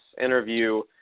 interview